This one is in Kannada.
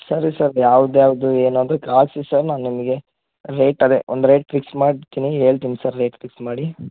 ಸರಿ ಸರ್ ಯಾವ್ದು ಯಾವುದು ಏನಾದರೂ ಸರ್ ನಾನು ನಿಮಗೆ ರೇಟ್ ಅದೇ ಒಂದು ರೇಟ್ ಫಿಕ್ಸ್ ಮಾಡ್ತೀನಿ ಹೇಳ್ತೀನ್ ಸಾರ್ ರೇಟ್ ಫಿಕ್ಸ್ ಮಾಡಿ